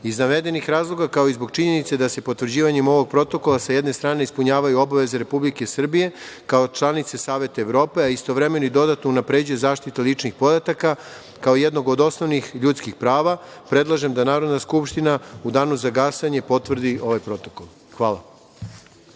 navedenih razloga, kao i zbog činjenice da se potvrđivanjem ovog protokola sa jedne strane ispunjavaju obaveze Republike Srbije, kao članice Saveta Evrope, a istovremeno i dodatno unapređuje zaštita ličnih podataka, kao jednog od osnovnih ljudskih prava, predlažem da Narodna skupština u danu za glasanje potvrdi ovaj protokol. Hvala.